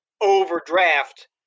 overdraft